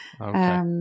Okay